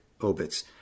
obits